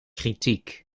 kritiek